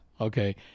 okay